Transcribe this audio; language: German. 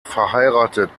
verheiratet